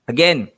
Again